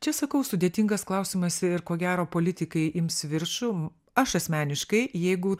čia sakau sudėtingas klausimas ir ko gero politikai ims viršų aš asmeniškai jeigu